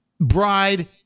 bride